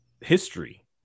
history